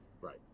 Right